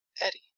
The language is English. Eddie